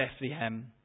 Bethlehem